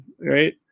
right